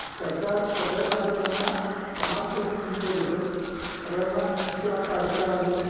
सरकार सगळ्या नागरिकांना समान प्रतिनिधित्व देतो सगळ्यांना शिक्षणाचा अधिकार आहे